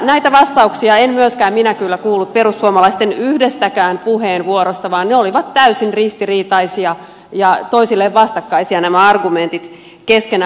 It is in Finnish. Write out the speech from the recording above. näitä vastauksia en myöskään minä kyllä kuullut perussuomalaisten yhdestäkään puheenvuorosta vaan ne olivat täysin ristiriitaisia ja nämä argumentit toisilleen vastakkaisia keskenään